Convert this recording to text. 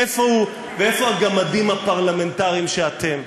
איפה הוא ואיפה הגמדים הפרלמנטריים שאתם?